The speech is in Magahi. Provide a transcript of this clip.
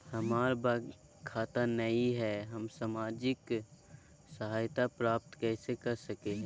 हमार बैंक खाता नई हई, हम सामाजिक सहायता प्राप्त कैसे के सकली हई?